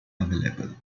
available